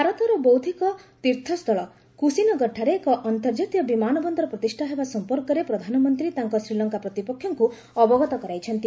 ଭାରତର ବୌଦ୍ଧିକ ତୀର୍ଥସ୍ଥଳ କୁଶିନଗରଠାରେ ଏକ ଅନ୍ତର୍ଜାତୀୟ ବିମାନ ବନ୍ଦର ପ୍ରତିଷା ହେବା ସମ୍ପର୍କରେ ପ୍ରଧାନମନ୍ତ୍ରୀ ତାଙ୍କ ଶ୍ରୀଲଙ୍କା ପ୍ରତିପକ୍ଷଙ୍କୁ ଅବଗତ କରାଇଛନ୍ତି